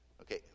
Okay